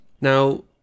Now